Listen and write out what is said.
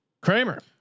Kramer